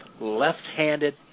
left-handed